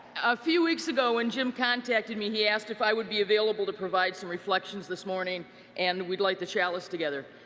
a few weeks ago when jim contacted me, he asked if i would be able to provide some reflections this morning and we'd light the chalice together.